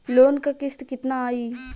Loan क किस्त कितना आई?